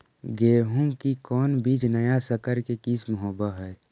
गेहू की कोन बीज नया सकर के किस्म होब हय?